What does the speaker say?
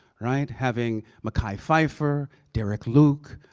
right? having mehki phifer, derek luke,